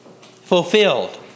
fulfilled